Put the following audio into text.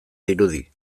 dirudi